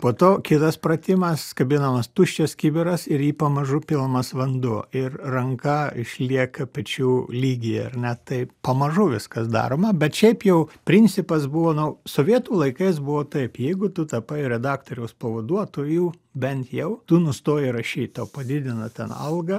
po to kitas pratimas kabinamas tuščias kibiras ir į jį pamažu pilamas vanduo ir ranka išlieka pečių lygyje ar ne tai pamažu viskas daroma bet šiaip jau principas buvo nu sovietų laikais buvo taip jeigu tu tapai redaktoriaus pavaduotoju bent jau tu nustoji rašyt tau padidina ten algą